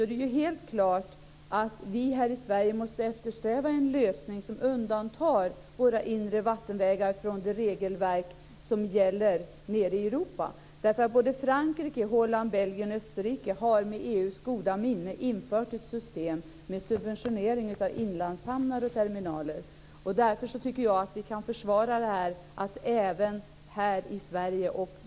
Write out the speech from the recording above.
Det är helt klart att vi här i Sverige måste eftersträva en lösning som undantar våra inre vattenvägar från det regelverk som gäller nere i Europa. Frankrike, Holland, Belgien och Österrike har med EU:s goda minne infört ett system med subventionering av inlandshamnar och inlandsterminaler. Därför tycker jag att vi kan försvara det även här i Sverige.